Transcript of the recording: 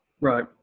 Right